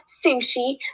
sushi